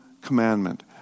commandment